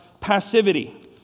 passivity